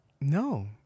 No